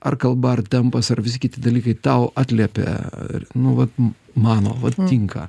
ar kalba ar tempas ar visi kiti dalykai tau atliepia ir nu vat mano vat tinka